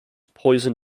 poison